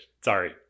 Sorry